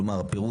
כלומר הפירוט,